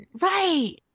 Right